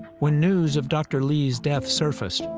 when news of dr. li's death surfaced,